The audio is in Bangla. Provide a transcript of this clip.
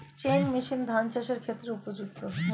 চেইন মেশিন ধান চাষের ক্ষেত্রে উপযুক্ত?